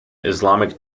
islamic